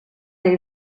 del